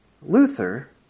Luther